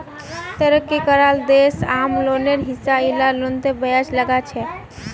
तरक्की कराल देश आम लोनेर हिसा इला लोनतों ब्याज लगाछेक